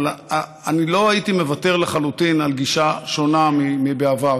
אבל אני לא הייתי מוותר לחלוטין על גישה שונה מבעבר,